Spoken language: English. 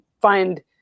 find